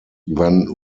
then